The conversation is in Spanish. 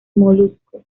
moluscos